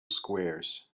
squares